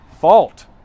fault